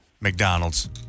McDonald's